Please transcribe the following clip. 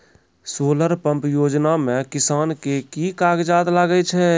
Solar pump योजना म किसान के की कागजात लागै छै?